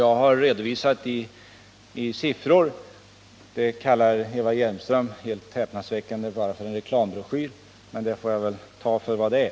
Jag har redovisat siffror, och det kallar Eva Hjelmström helt häpnadsväckande för en reklambroschyr. Men det får jag väl ta för vad det är.